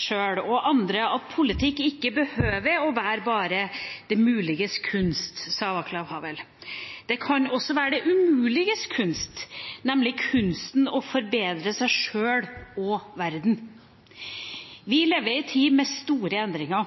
sjøl og andre at politikk ikke behøver å være bare det muliges kunst, sa Václav Havel, det kan også være det umuliges kunst, nemlig kunsten å forbedre seg sjøl og verden. Vi lever i en tid med store